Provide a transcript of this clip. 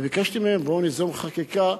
וביקשתי מהם: בואו ניזום חקיקה,